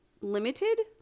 limited